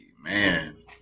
man